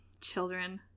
children